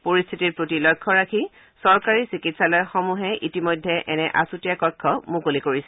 পৰিশ্বিতিৰ প্ৰতি লক্ষ্য ৰাখি চৰকাৰী চিকিৎসালয়সমূহক ইতিমধ্যে এনে আছুতীয়া কক্ষ মুকলি কৰা হৈছে